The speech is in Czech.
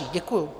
Děkuju.